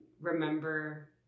remember